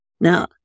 Now